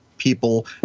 people